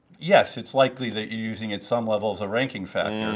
yes, it's likely that you're using at some levels a ranking factor.